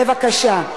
בבקשה.